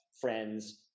friends